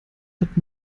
hat